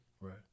Right